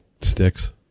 sticks